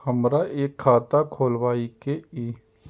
हमरा एक खाता खोलाबई के ये?